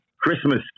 Christmas